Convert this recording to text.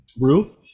roof